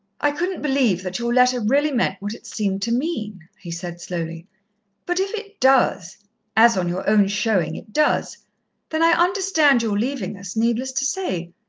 i couldn't believe that your letter really meant what it seemed to mean, he said slowly but if it does as on your own showing it does then i understand your leaving us, needless to say.